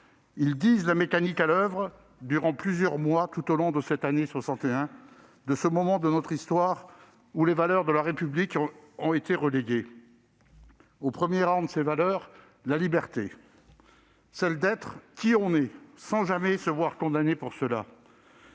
Ils disent la mécanique à l'oeuvre durant plusieurs mois, tout au long de cette année 1961, à ce moment de notre histoire où les valeurs de la République ont été reléguées. Au premier rang de ces valeurs figure la liberté : celle d'être qui l'on est, sans jamais risquer d'être condamné pour ce